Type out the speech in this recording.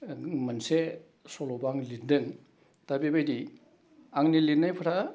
मोनसे सल'बो आं लिरदों दा बेबादि आंनि लिरनायफ्रा